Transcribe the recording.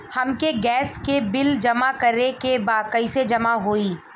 हमके गैस के बिल जमा करे के बा कैसे जमा होई?